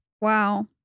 Wow